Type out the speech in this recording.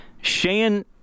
Shane